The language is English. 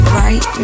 right